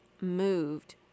moved